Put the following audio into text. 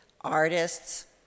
artists